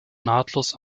nahtlos